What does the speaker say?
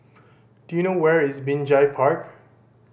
do you know where is Binjai Park